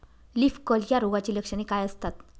Leaf curl या रोगाची लक्षणे काय असतात?